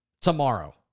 tomorrow